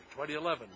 2011